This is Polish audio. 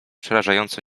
przerażająco